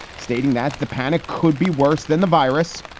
stating that the panic could be worse than the virus.